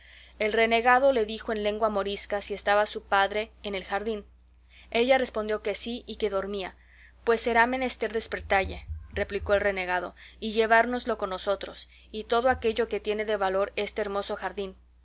el renegado le dijo en lengua morisca si estaba su padre en el jardín ella respondió que sí y que dormía pues será menester despertalle replicó el renegado y llevárnosle con nosotros y todo aquello que tiene de valor este hermoso jardín